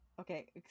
Okay